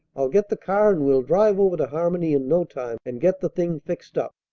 i'll get the car, and we'll drive over to harmony in no time, and get the thing fixed up.